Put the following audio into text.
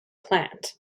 plant